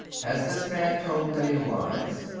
has this man told any lies?